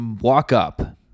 walk-up